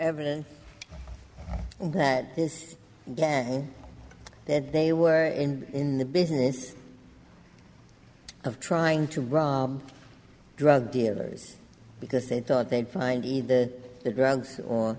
evidence that that they were in in the business of trying to run drug dealers because they thought they'd find either the grounds o